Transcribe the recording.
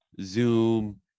Zoom